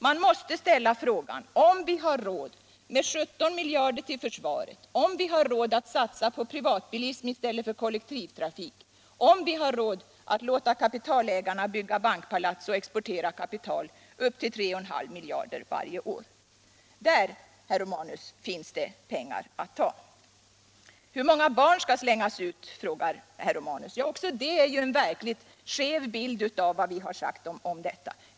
Man måste ställa frågan om vi har råd med 17 miljarder till försvaret, om vi har råd att satsa på privatbilism i stället för kollektivtrafik, om vi har råd att låta kapitalägarna bygga bankpalats och exportera kapital upp till 3,5 miljarder varje år.” Där, hetr Romanus, finns det pengar att ta! Hur många barn skall slängas ut, frågar herr Romanus. Också detta ger en verkligt skev bild av vad vi har sagt.